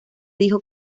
dijo